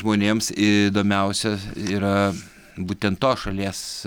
žmonėms ii įdomiausia yra būtent tos šalies